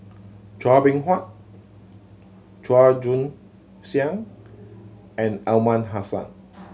Chua Beng Huat Chua Joon Siang and Aliman Hassan